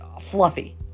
fluffy